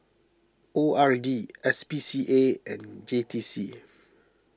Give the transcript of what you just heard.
O R D S P C A and J T C